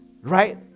Right